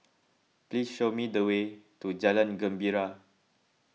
please show me the way to Jalan Gembira